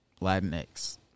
Latinx